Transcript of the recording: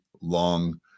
long